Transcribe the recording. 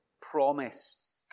promise